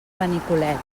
benicolet